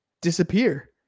disappear